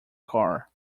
car